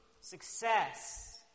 success